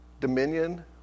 dominion